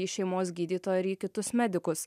į šeimos gydytoją ir į kitus medikus